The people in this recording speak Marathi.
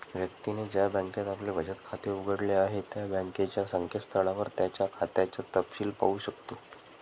व्यक्तीने ज्या बँकेत आपले बचत खाते उघडले आहे त्या बँकेच्या संकेतस्थळावर त्याच्या खात्याचा तपशिल पाहू शकतो